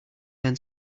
learn